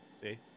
see